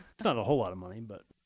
it's not a whole lot of money. and but